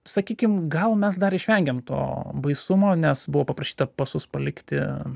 sakykim gal mes dar išvengėm to baisumo nes buvo paprašyta pasus palikti